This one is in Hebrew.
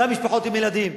גם משפחות עם ילדים.